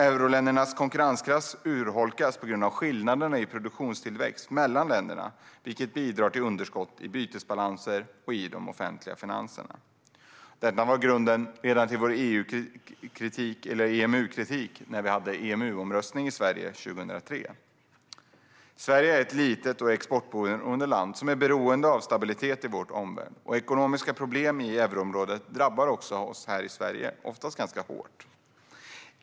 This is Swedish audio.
Euroländernas konkurrenskraft urholkas på grund av skillnader i produktionstillväxt mellan länderna, vilket bidrar till underskott i bytesbalanserna och i de offentliga finanserna. Detta var grunden till vår EMU-kritik när vi hade EMU-omröstning i Sverige 2003. Sverige är ett litet och exportberoende land som är beroende av stabilitet i vår omvärld. Ekonomiska problem i euroområdet drabbar också oss här i Sverige, oftast ganska hårt.